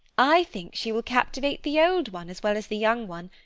i think she will captivate the old one as well as the young one,